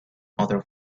other